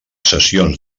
sessions